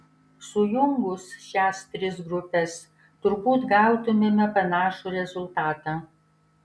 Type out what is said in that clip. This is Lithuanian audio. sujungus šias tris grupes turbūt gautumėme panašų rezultatą